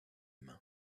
mains